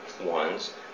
ones